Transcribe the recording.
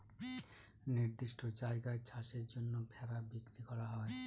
নির্দিষ্ট জায়গায় চাষের জন্য ভেড়া বিক্রি করা হয়